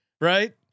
Right